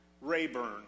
Rayburn